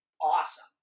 awesome